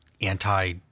anti